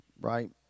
right